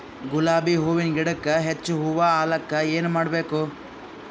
ಗುಲಾಬಿ ಹೂವಿನ ಗಿಡಕ್ಕ ಹೆಚ್ಚ ಹೂವಾ ಆಲಕ ಏನ ಮಾಡಬೇಕು?